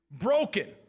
broken